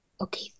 Okay